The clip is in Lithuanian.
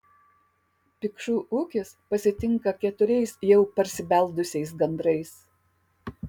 pikšų ūkis pasitinka keturiais jau parsibeldusiais gandrais